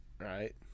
Right